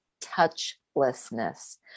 touchlessness